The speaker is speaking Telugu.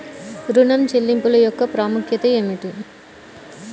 ఋణ చెల్లింపుల యొక్క ప్రాముఖ్యత ఏమిటీ?